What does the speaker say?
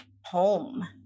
home